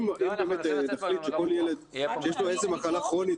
אם באמת נחליט שכל ילד שיש לו איזו מחלה כרונית,